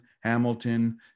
Hamilton